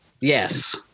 yes